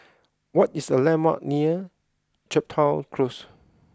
what is the landmarks near Chepstow Close